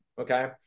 okay